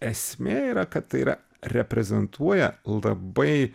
esmė yra kad tai yra reprezentuoja labai